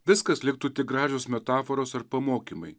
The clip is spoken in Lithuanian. viskas liktų tik gražios metaforos ar pamokymai